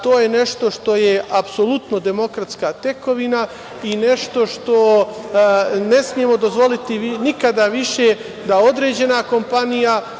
To je nešto što je apsolutno demokratska tekovina i nešto što ne smemo dozvoliti nikada više da određena kompanija